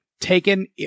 taken